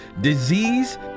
disease